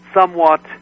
somewhat